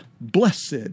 Blessed